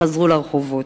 חזרו לרחובות.